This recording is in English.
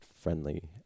friendly